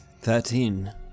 Thirteen